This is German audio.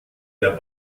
der